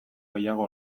gehiago